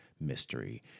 Mystery